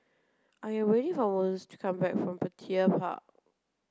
I am waiting for Mose to come back from Petir Park